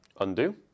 Undo